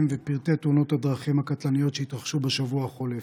תאונות הדרכים הקטלניות שהתרחשו בשבוע החולף: